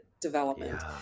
development